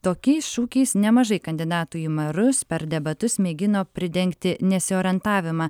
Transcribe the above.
tokiais šūkiais nemažai kandidatų į merus per debatus mėgino pridengti nesiorientavimą